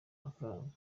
amafaranga